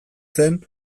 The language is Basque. zen